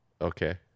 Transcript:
Okay